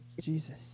Jesus